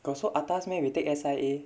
got so atas meh we take S_I_A